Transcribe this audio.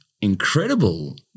incredible